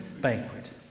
banquet